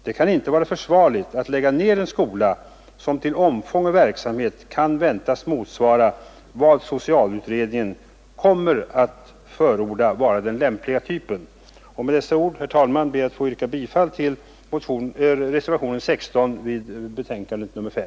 Det kan inte vara försvarligt att lägga ned en skola som till omfång och verksamhet kan väntas motsvara vad socialutredningen kommer att förorda som den lämpliga typen. Med dessa ord, herr talman, ber jag att få yrka bifall till reservationen 16 vid betänkandet nr 5.